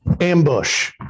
ambush